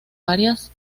varias